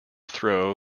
throw